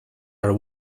are